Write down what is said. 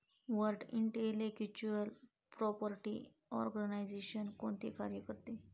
World intellectual property organisation कोणते कार्य करते?